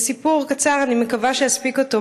זה סיפור קצר, אני מקווה שאספיק אותו.